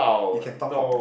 you can talk cock